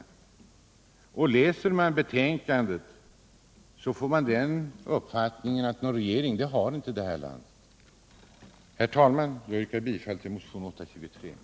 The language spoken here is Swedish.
Den som läser betänkandet får uppfattningen att detta land inte tycks ha någon regering. Herr talman! Jag yrkar bifall till motionen 823.